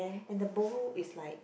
and the bowl is like